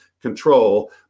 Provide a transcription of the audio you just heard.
control